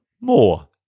more